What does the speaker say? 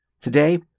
Today